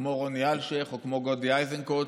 כמו רוני אלשיך או כמו גדי איזנקוט,